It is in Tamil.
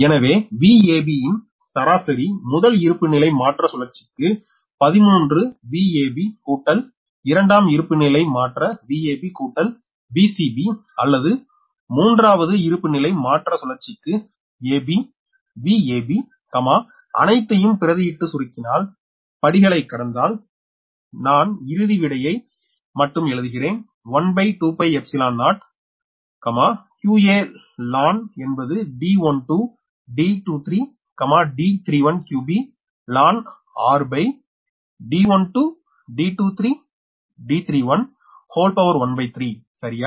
எனவே Vab ன் சராசரி முதல் இருப்பிநிலை மாற்ற சுழற்சிக்கு 13 Vab கூட்டல் இரண்டாம் இருப்பிநிலை மாற்ற Vab கூட்டல் Vcb அல்லது மூன்றாவது இருப்பிநிலை மாற்ற சுழற்சிக்கு ab Vab அனைத்தயும் பிரதியிட்டு சுருக்கினால் படிகளை கடந்தால் நான் இறுதி விடையை மட்டும் எழுதுகிறேன் 120𝑞𝑎𝑙𝑛 என்பது D12 D23 D31 𝑞𝑏 ln r13சரியா